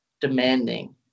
demanding